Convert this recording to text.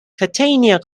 catania